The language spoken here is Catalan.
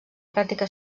pràctica